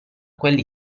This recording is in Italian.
quelli